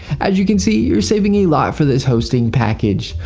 as you can see you're saving a lot for this hosting package.